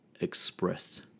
expressed